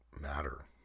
matter